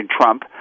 Trump